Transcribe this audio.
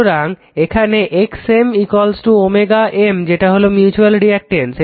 সুতরাং এখানে x M M যেটা হলো মিউচুয়াল রিঅ্যাকটেন্স